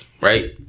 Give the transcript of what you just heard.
right